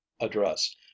address